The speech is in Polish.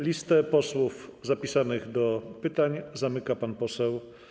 Listę posłów zapisanych do pytań zamyka pan poseł.